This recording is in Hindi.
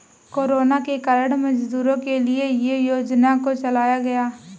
कोरोना के कारण मजदूरों के लिए ये योजना को चलाया गया